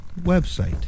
website